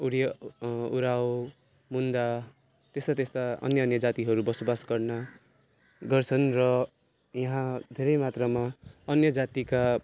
उडिया उराव मुन्डा त्यस्ता त्यस्ता अन्य अन्य जातिहरू बसोबास गर्ने गर्छन् र यहाँ धेरै मात्रमा अन्य जातिका